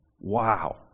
wow